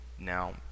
now